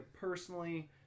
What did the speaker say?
personally